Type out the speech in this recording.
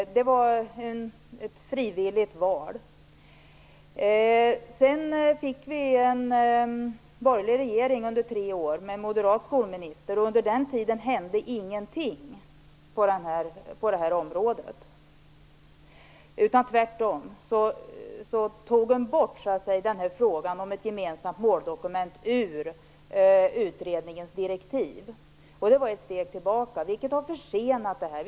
Det var ett frivilligt val. Sedan fick vi under tre år en borgerlig regering med en moderat skolminister, och under tiden hände ingenting på detta område. Tvärtom togs frågan om ett gemensamt måldokument bort ur utredningens direktiv. Det var ett steg tillbaka, vilket har försenat detta.